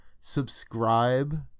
subscribe